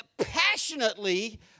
passionately